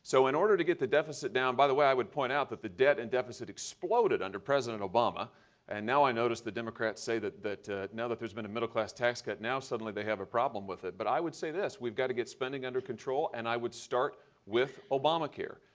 so in order to get the deficit down by the way, i would point out that the debt and deficit exploded under president obama and now i notice the democrats say that that now that there's been a middle class tax cut, now suddenly they have a problem with it, but i would say this. we've got to get spending under control and i would start with obamacare.